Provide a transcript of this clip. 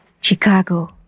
Chicago